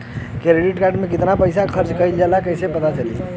Credit card के कितना पइसा खर्चा भईल बा कैसे पता चली?